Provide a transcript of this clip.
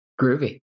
Groovy